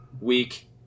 week